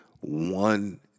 one